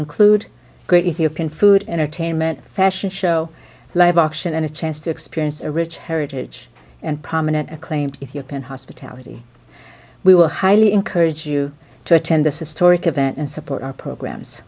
include great ethiopian food entertainment fashion show live action and a chance to experience a rich heritage and prominent acclaimed ethiopian hospitality we will highly encourage you to attend this is torek event and support our programs